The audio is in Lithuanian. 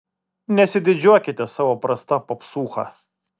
nesididžiuokite savo prasta popsūcha